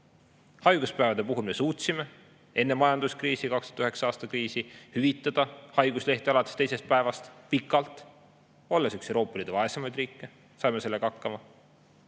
Haiguspäevade puhul me suutsime enne majanduskriisi, 2009. aasta kriisi pikalt hüvitada haiguslehte alates teisest päevast. Olles üks Euroopa Liidu vaesemaid riike, saime sellega hakkama.